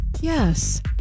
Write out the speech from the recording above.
Yes